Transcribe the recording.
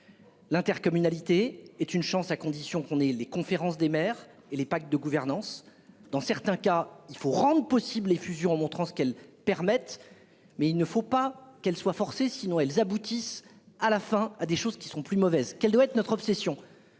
L'intercommunalité est une chance, à condition qu'on ait les conférences des maires et les pacte de gouvernance dans certains cas il faut rendre possible effusion montrant ce qu'elles permettent. Mais il ne faut pas qu'elle soit forcée sinon elles aboutissent à la fin à des choses qui sont plus mauvaises qu'elle doit être notre obsession,